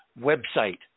website